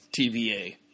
TVA